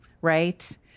right